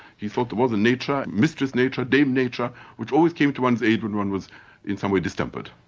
he thought there was a nature, mistress nature, dame nature, which always came to one's aid when one was in some way distempered.